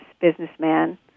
businessman